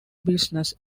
business